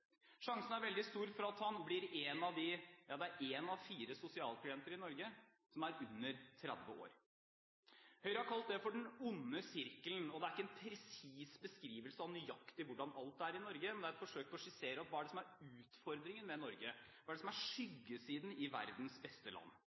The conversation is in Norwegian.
Sjansen er veldig stor for at han blir en av de én av fire sosialklienter i Norge som er under 30 år. Høyre har kalt det for den onde sirkelen. Det er ikke en presis beskrivelse av nøyaktig hvordan alt er i Norge, men det er et forsøk på å skissere opp hva som er utfordringen ved Norge, hva som er skyggesiden i verdens beste land.